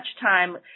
time